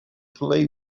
play